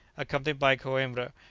accompanied by coimbra,